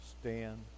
stand